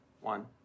one